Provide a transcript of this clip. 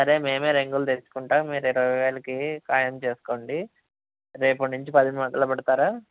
సరే మేము రంగులు తెచ్చుకుంటాం మీరు ఇరవై వేలకి కాయం చేసుకోండి రేపుటి నుంచి పని మొదలు పెడతారా